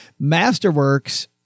Masterworks